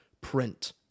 print